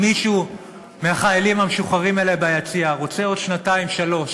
אם מישהו מהחיילים המשוחררים האלה ביציע רוצה עוד שנתיים-שלוש